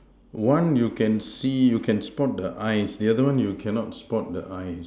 one you can see you can spot the eyes the other one you cannot spot the eyes